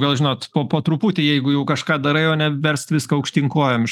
gal žinot po po truputį jeigu jau kažką darai o ne verst viską aukštyn kojom